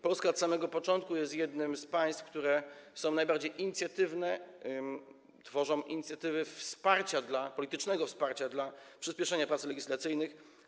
Polska od samego początku jest jednym z państw, które są najbardziej inicjatywne, tworzą inicjatywy politycznego wsparcia dla przyspieszenia prac legislacyjnych.